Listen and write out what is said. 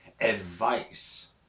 advice